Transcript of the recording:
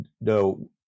no